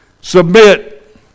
Submit